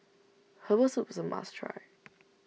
Herbal Soup is a must try